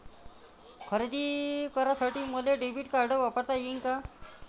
खरेदी करासाठी मले डेबिट कार्ड वापरता येईन का?